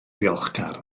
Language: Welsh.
ddiolchgar